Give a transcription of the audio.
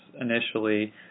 initially